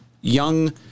Young